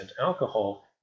alcohol